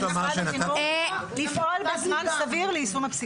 עוד דבר, לגבי הנושא של הפיקוח.